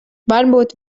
varbūt